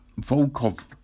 Volkov